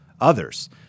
others